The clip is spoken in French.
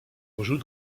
jouent